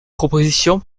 propositions